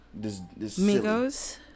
Migos